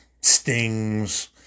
Sting's